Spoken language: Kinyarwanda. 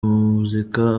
muzika